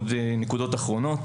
נקודות אחרונות